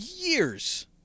years